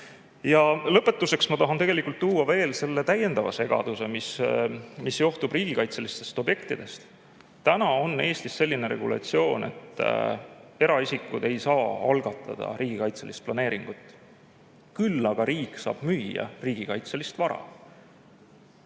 Lõpetuseks ma tahan tuua esile täiendava segaduse, mis johtub riigikaitselistest objektidest. Eestis on selline regulatsioon, et eraisikud ei saa algatada riigikaitselist planeeringut, küll aga saab riik müüa riigikaitselist vara.